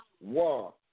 war